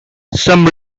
some